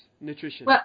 nutrition